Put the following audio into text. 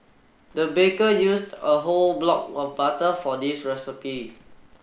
the baker used a whole block of butter for this recipe